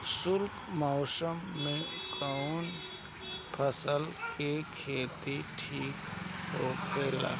शुष्क मौसम में कउन फसल के खेती ठीक होखेला?